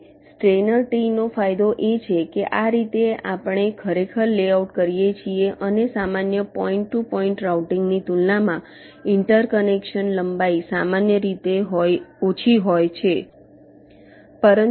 હવે સ્ટેઈનર ટ્રીનો ફાયદો એ છે કે આ રીતે આપણે ખરેખર લેઆઉટ કરીએ છીએ અને સામાન્ય પોઈન્ટ ટુ પોઈન્ટ રાઉટિંગ ની તુલનામાં ઈન્ટરકનેક્શન લંબાઈ સામાન્ય રીતે ઓછી હોય છે